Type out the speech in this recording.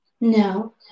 No